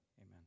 amen